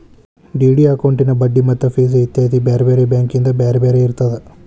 DD ಅಕೌಂಟಿನ್ ಬಡ್ಡಿ ಮತ್ತ ಫಿಸ್ ಇತ್ಯಾದಿ ಬ್ಯಾರೆ ಬ್ಯಾರೆ ಬ್ಯಾಂಕಿಂದ್ ಬ್ಯಾರೆ ಬ್ಯಾರೆ ಇರ್ತದ